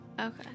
Okay